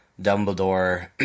Dumbledore